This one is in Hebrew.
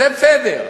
זה בסדר.